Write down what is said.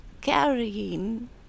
carrying